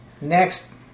Next